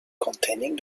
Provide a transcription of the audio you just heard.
containing